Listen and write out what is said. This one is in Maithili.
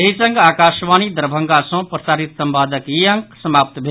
एहि संग आकाशवाणी दरभंगा सँ प्रसारित संवादक ई अंक समाप्त भेल